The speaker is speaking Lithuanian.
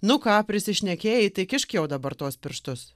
nu ką prisišnekėjai tai kišk jau dabar tuos pirštus